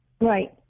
Right